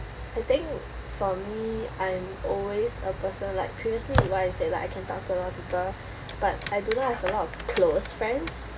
I think for me I'm always a person like previously what I said like I can talk to a lot of people but I do not have a lot of close friends